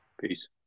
peace